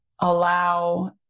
allow